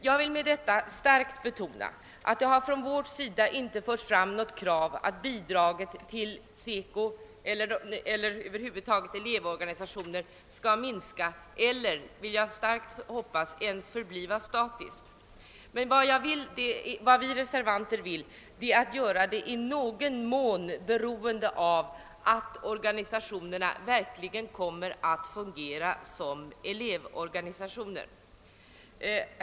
Jag vill med detta starkt betona att vi inte har fört fram något krav på att bidraget till SECO eller över huvud taget till elevorganisationer skall minskas eller ens förbli statiskt, men vad vi reservanter vill är att i någon mån göra bidraget beroende av att organisationerna verkligen kommer att fungera som elevorganisationer.